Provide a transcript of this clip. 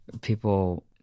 people